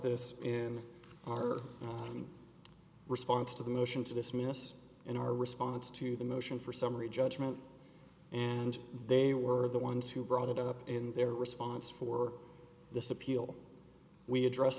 this in our response to the motion to dismiss in our response to the motion for summary judgment and they were the ones who brought it up in their response for this appeal we address